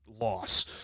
loss